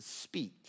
speak